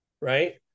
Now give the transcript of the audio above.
right